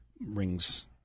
rings